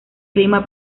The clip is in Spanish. clima